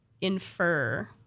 infer